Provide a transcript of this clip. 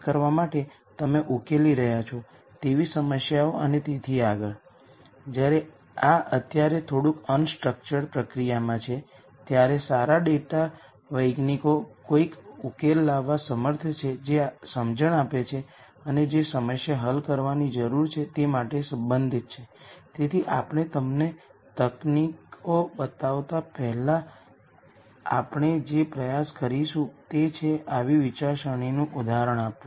આપણે symmetric matrix પણ અનુભવીએ છીએ ડેટા સાયન્સમાં થોડુંક ઉદાહરણ તરીકે કોઓવરિયન્સ મેટ્રિક્સ સિમેટ્રિક મેટ્રિક્સ હોવાનું બહાર આવે છે અને ઘણા અન્ય કિસ્સાઓ છે જ્યાં આપણે સિમેટ્રિક મેટ્રિક્સ સાથે વ્યવહાર કરીએ છીએ